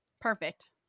Perfect